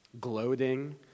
gloating